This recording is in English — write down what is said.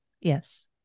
Yes